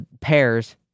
pairs